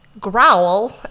growl